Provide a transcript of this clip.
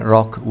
Rock